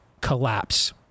collapse